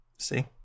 See